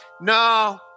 No